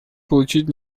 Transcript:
получить